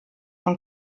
von